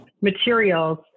materials